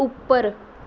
ਉੱਪਰ